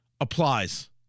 applies